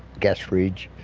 gas fridge,